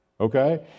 Okay